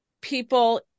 people